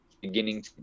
beginning